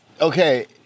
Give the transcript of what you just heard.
Okay